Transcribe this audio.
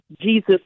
Jesus